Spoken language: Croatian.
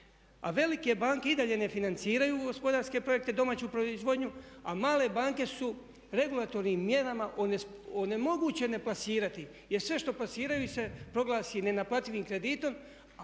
A velike banke i dalje ne financiraju gospodarske projekte, domaću proizvodnju a male banke su regulatornim mjerama onemogućene plasirati jer sve što plasiraju proglasi se nenaplativim kreditom